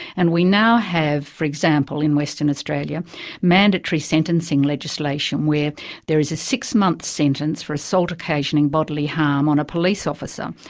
and we now have for example in western australia mandatory sentencing legislation where there is a six-month sentence for assault occasioning bodily harm on a police officer.